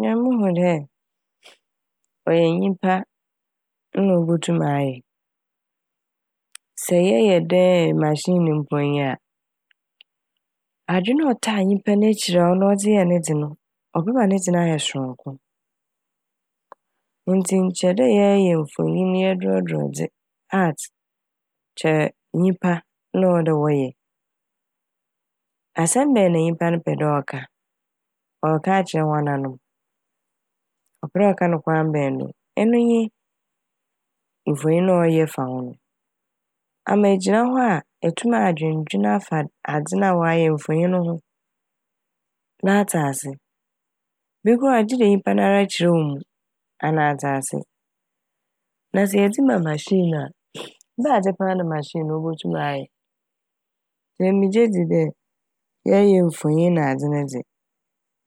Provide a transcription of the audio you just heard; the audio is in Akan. Ma muhu dɛ ɔyɛ nyimpa na obotum ayɛ sɛ yɛyɛ dɛ "machines" mpo nyɛ a adwen a ɔtaa nyimpa n'ekyir a ɔno ɔdze yɛɛ ne dze no ɔbɛma ne dze no ayɛ soronko. Ntsi nkyɛ dɛ yɛɛyɛ mfonyin yɛɛ drɔdrɔ dze "art" nkyɛ nyimpa na ɔwɔ dɛ wɔyɛ. Asɛm bɛn na nyimpa no pɛ dɛ ɔka, ɔka akyerɛ woananom, ɔpɛ dɛ ɔka nokwar bɛn no, ɛno nye mfonyin a ɔyɛ fa ho n' ama egyina ho a eetum adwendwen afa a ad- adze no a wɔyɛ no mfonyin no ho na atse ase. Bi koraa gyedɛ nyimpa n' nara kyerɛ wo mu ana atse ase na sɛ yɛdze ma "machine" ne a ebɛadze paa na "machine" no obotum ayɛ ntsi emi megye dzi dɛ yɛɛyɛ mfonyin nadze ne dze